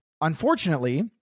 Unfortunately